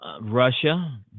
Russia